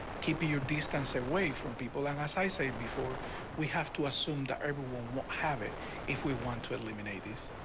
keep your distance away from people and as i say before we have to assume that everyone will have it if we want to eliminate these.